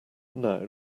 now